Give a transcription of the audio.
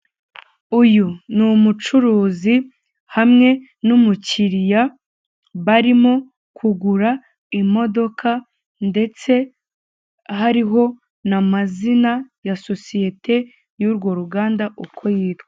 Uyu ni umucuruzi hamwe n'umukiriya barimo kugura imodoka ndetse hariho n'amazina ya sosiyete y'urwo ruganda uko yitwa.